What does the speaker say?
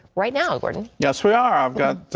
right now burton yes, we ah um